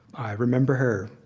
i remember her,